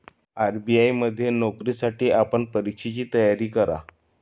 RBI मध्ये नोकरीसाठी आपण परीक्षेची तयारी करा